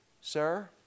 sir